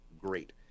great